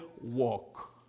walk